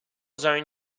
zone